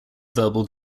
verbal